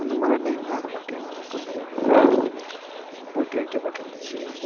அந்த மழை டைமில் அது மட்டியும் கொஞ்சம் பூட்டி வைக்கப்பட்ருந்துச்சு